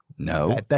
No